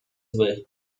zły